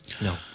No